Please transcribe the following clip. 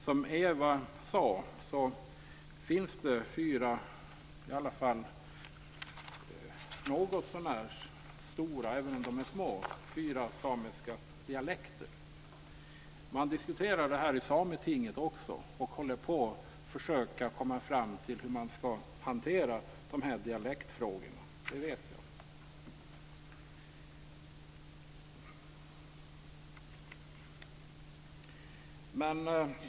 Som Ewa Larsson sade finns det fyra någotsånär stora, även om de är små, samiska dialekter. Jag vet att också Sametinget diskuterar detta och försöker komma fram till hur man skall hantera dialektfrågorna.